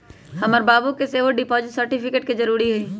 हमर बाबू के सेहो डिपॉजिट सर्टिफिकेट के जरूरी हइ